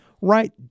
right